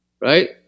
right